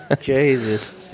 Jesus